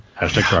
Hashtag